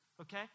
okay